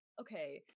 okay